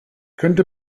könnte